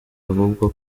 ahubwo